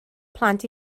plant